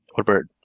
what bird?